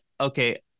okay